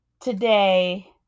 Today